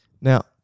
Now